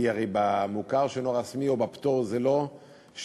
כי הרי במוכר שאינו רשמי או בפטור, כאשר